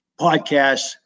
podcasts